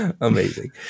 Amazing